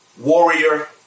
warrior